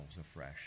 afresh